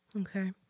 Okay